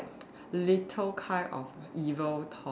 little kind of evil thoughts